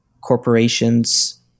corporations